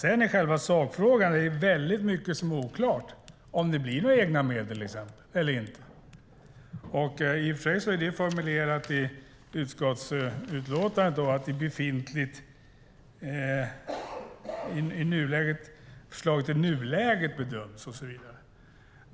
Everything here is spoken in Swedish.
I själva sakfrågan är det väldigt mycket som är oklart, till exempel om det blir några egna medel eller inte. I och för sig är det formulerat i utskottets utlåtande att förslaget i nuläget bedöms och så vidare.